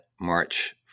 March